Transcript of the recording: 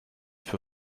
für